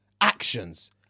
actions